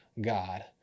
God